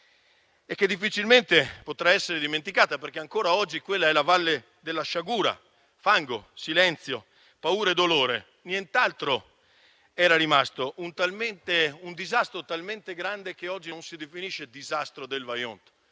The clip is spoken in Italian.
Difficilmente ciò potrà essere dimenticato, perché ancora oggi quella è la valle della sciagura. Fango, silenzio, paura e dolore, nient'altro era rimasto; un disastro talmente grande che oggi non si definisce il disastro del Vajont,